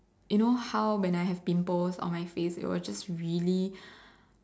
you know how when I have pimples on my face they were just really